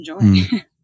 enjoy